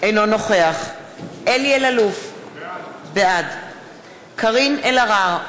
אינו נוכח אלי אלאלוף, בעד קארין אלהרר,